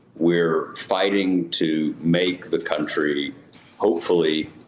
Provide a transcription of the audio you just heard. we're fighting to make the country hopefully,